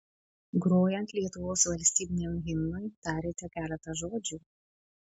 grojant lietuvos valstybiniam himnui tarėte keletą žodžių